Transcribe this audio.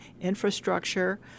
infrastructure